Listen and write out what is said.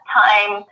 time